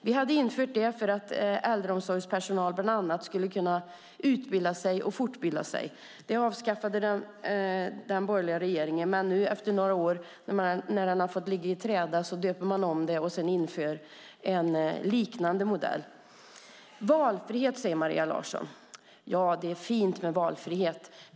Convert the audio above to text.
Vi hade infört den för att äldreomsorgspersonal bland annat skulle kunna utbilda sig och fortbilda sig. Den avskaffades av den borgerliga regeringen, men nu när den fått ligga i träda några år döper man om den och inför en liknande modell. Valfrihet, säger Maria Larsson. Ja, det är fint med valfrihet.